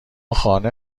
خانه